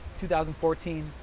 2014